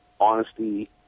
honesty